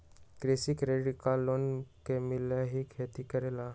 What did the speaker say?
कृषि credit loan किसान के मिलहई खेती करेला?